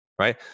right